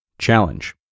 Challenge